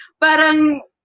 Parang